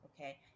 Okay